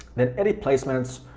then any placements,